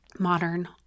Modern